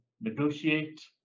negotiate